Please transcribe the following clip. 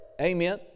Amen